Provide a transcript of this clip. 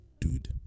dude